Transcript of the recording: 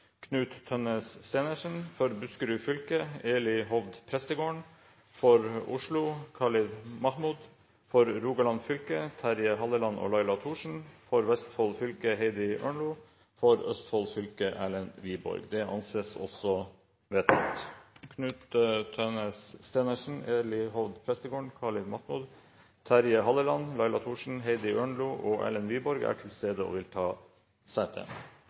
Knut Tønnes SteenersenFor Buskerud fylke: Eli Hovd PrestegårdenFor Oslo: Khalid MahmoodFor Rogaland fylke: Terje Halleland og Laila ThorsenFor Vestfold fylke: Heidi ØrnloFor Østfold fylke: Erlend Wiborg Knut Tønnes Steenersen, Eli Hovd Prestegården, Khalid Mahmood, Terje Halleland, Laila Thorsen, Heidi Ørnlo og Erlend Wiborg er til stede og vil ta sete.